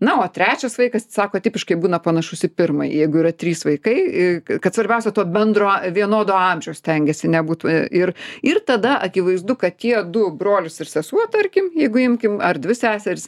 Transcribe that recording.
na o trečias vaikas sako tipiškai būna panašus į pirmąjį jeigu yra trys vaikai kad svarbiausia to bendro vienodo amžiaus stengiasi nebūt ir ir tada akivaizdu kad tie du brolis ir sesuo tarkim jeigu imkime ar dvi seseris